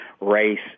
race